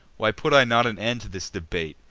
why put i not an end to this debate,